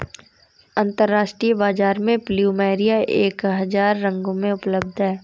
अंतरराष्ट्रीय बाजार में प्लुमेरिया एक हजार रंगों में उपलब्ध हैं